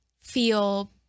feel